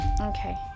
Okay